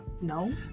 No